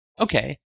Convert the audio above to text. Okay